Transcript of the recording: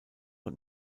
und